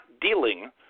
dealing